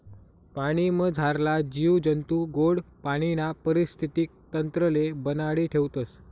पाणीमझारला जीव जंतू गोड पाणीना परिस्थितीक तंत्रले बनाडी ठेवतस